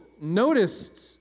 noticed